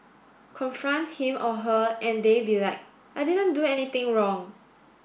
confront him or her and they be like I didn't do anything wrong